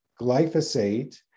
glyphosate